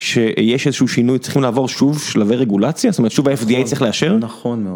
כשיש איזשהו שינוי צריכים לעבור שוב שלבי רגולציה, זאת אומרת שוב ה-FDA צריך לאשר. נכון מאוד